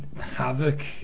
havoc